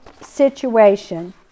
situation